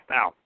Now